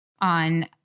on